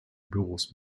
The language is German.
büros